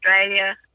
Australia